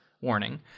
warning